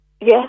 Yes